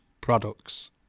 products